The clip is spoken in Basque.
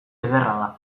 ederra